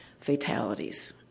fatalities